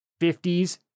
50s